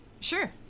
Sure